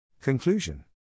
Conclusion